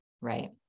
Right